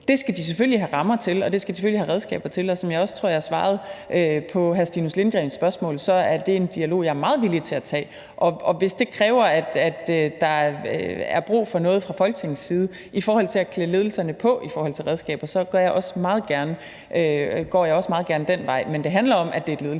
Det skal de selvfølgelig have rammer til, og det skal de selvfølgelig have redskaber til. Som jeg også tror jeg svarede på hr. Stinus Lindgreens spørgsmål, så er det en dialog, jeg er meget villig til at tage, og hvis det kræver, at der er brug for noget fra Folketingets side i forhold til at klæde ledelserne på i forhold til redskaber, så går jeg også meget gerne den vej. Men det handler om, at det er et ledelsesansvar.